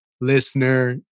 listener